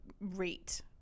rate